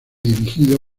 dirigido